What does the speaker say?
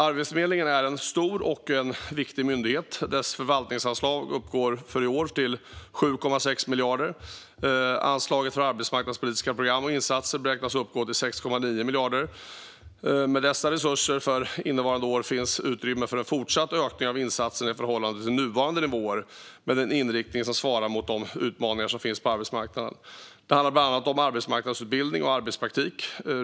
Arbetsförmedlingen är en stor och viktig myndighet. Dess förvaltningsanslag uppgår 2023 till ca 7,6 miljarder kronor. Anslaget för arbetsmarknadspolitiska program och insatser beräknas uppgå till 6,9 miljarder kronor 2023. Med dessa resurser för 2023 finns utrymme för en fortsatt ökning av insatser i förhållande till nuvarande nivåer med en inriktning som svarar mot de utmaningar som finns på arbetsmarknaden. Det handlar bland annat om arbetsmarknadsutbildning och arbetspraktik.